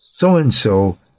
So-and-so